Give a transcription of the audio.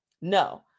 No